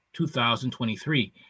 2023